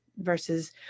versus